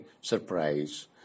surprise